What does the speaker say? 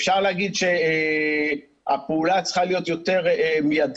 אפשר להגיד שהפעולה צריכה להיות יותר מיידית,